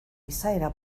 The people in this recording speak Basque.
izaera